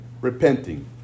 repenting